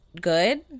good